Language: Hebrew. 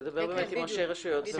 לדבר עם ראשי הרשויות.